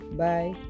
bye